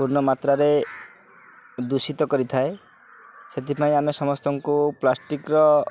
ପୂର୍ଣ୍ଣମାତ୍ରାରେ ଦୂଷିତ କରିଥାଏ ସେଥିପାଇଁ ଆମେ ସମସ୍ତଙ୍କୁ ପ୍ଲାଷ୍ଟିକର